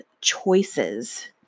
choices